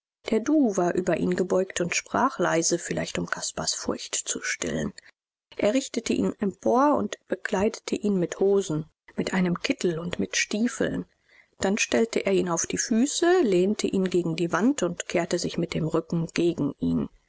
der du war über ihn gebeugt und sprach leise vielleicht um caspars furcht zu stillen er richtete ihn empor und bekleidete ihn mit hosen mit einem kittel und mit stiefeln dann stellte er ihn auf die füße lehnte ihn gegen die wand und kehrte sich mit dem rücken gegen ihn